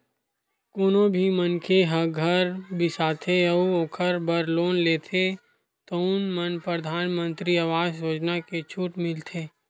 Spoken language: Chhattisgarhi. कोनो भी मनखे ह घर बिसाथे अउ ओखर बर लोन लेथे तउन म परधानमंतरी आवास योजना के छूट मिलथे